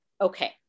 Okay